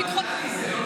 טלי,